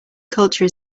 culture